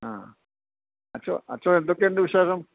ആ അച്ചോ അച്ചോ എന്തൊക്കെയുണ്ട് വിശേഷം